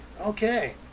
okay